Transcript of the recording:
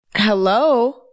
Hello